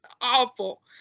Awful